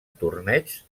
torneigs